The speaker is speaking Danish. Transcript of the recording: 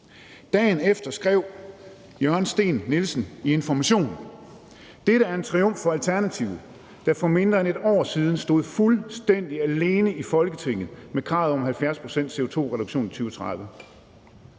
Dagen efter skrev Jørgen Steen Nielsen i Information: »Det er en triumf for Alternativet, der for mindre end et år siden stod fuldstændig alene i Folketinget med kravet om 70 pct. CO2-reduktion i 2030«.